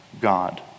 god